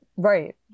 Right